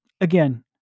Again